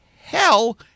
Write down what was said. hell